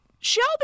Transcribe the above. Shelby